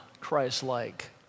Christ-like